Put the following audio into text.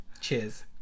Cheers